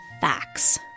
facts